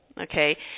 okay